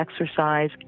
exercise